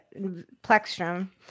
Plexstrom